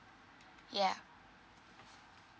yeah